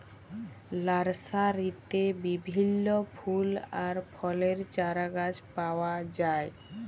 লার্সারিতে বিভিল্য ফুল আর ফলের চারাগাছ পাওয়া যায়